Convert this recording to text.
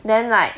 then like